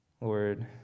Lord